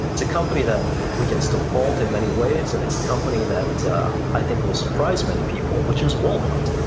it's a company that we can still fault in many ways and it's a company that i think will surprise many people which is walmart.